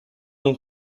non